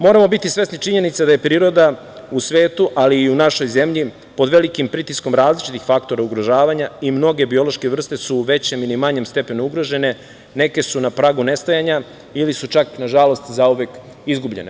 Moramo biti svesni činjenica da je priroda u svetu, ali i u našoj zemlji pod velikim pritiskom različitih faktora ugrožavanja i mnoge biološke vrste su većem ili manjem stepenu ugrožene, neke su na pragu nestajanja ili su čak, nažalost, zauvek izgubljene.